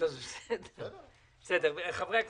חברי הכנסת,